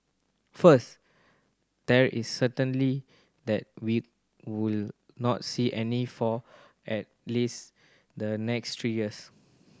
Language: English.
first there is certainty that we will not see any for at least the next three years